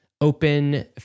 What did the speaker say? open